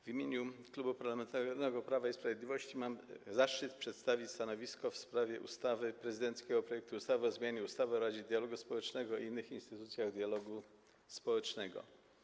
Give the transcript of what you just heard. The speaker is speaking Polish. W imieniu Klubu Parlamentarnego Prawo i Sprawiedliwość mam zaszczyt przedstawić stanowisko w sprawie prezydenckiego projektu ustawy o zmianie ustawy o Radzie Dialogu Społecznego i innych instytucjach dialogu społecznego.